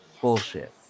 bullshit